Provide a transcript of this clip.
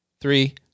Three